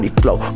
flow